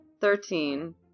Thirteen